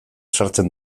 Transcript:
sartzen